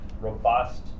robust